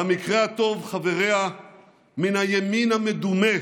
במקרה הטוב חבריה מן הימין המדומה